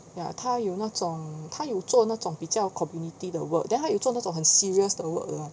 ya 他有那种他有做那种比较 community 的 work then 他有做那种很 serious 的 work like